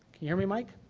hear me mike?